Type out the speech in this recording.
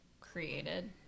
created